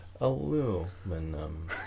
Aluminum